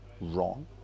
wrong